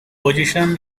position